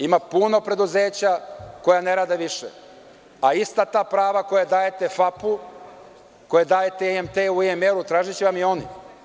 Ima puno preduzeća koja ne rade više, a ista ta prava koja dajete FAP-u, koja dajete IMT-u, IMR-u, tražiće vam i oni.